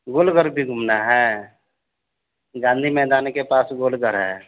गोलघर भी घूमना है गाँधी मैदान के पास गोलघर है